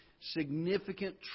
significant